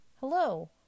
Hello